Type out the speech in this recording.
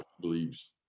believes